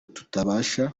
tutabasha